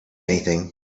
anything